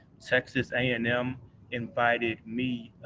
texas a and m invited me,